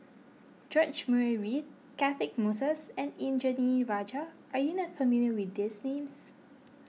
George Murray Reith Catchick Moses and Indranee Rajah are you not familiar with these names